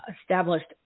established